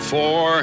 Four